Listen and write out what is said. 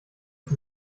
ist